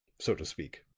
so to speak.